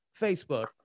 facebook